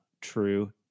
true